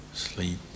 sleep